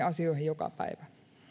asioihin joka päivä